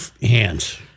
hands